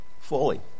fully